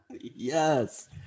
Yes